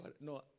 No